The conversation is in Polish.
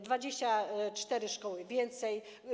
24 szkoły więcej.